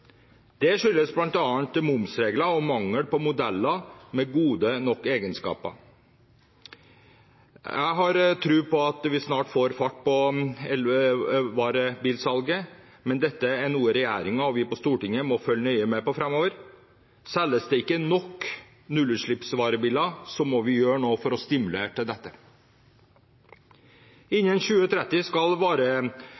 Det skyldes bl.a. momsregler og mangel på modeller med gode nok egenskaper. Jeg har tro på at vi snart får fart på elvarebilsalget, men dette er noe regjeringen og vi på Stortinget må følge nøye med på framover. Selges det ikke nok nullutslippsvarebiler, må vi gjøre noe for å stimulere til